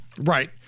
Right